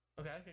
okay